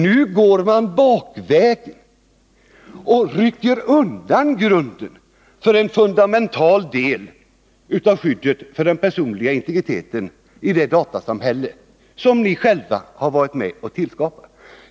Nu går man bakvägen och rycker undan grunden för en fundamental del av skyddet för den personliga integriteten i det datasamhälle som ni själva har varit med och skapat.